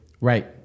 right